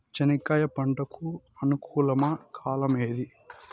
చెనక్కాయలు పంట కు అనుకూలమా కాలం ఏది?